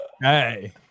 hey